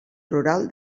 rural